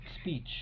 speech